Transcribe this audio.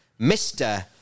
Mr